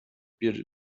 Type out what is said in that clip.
bearded